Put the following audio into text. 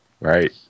right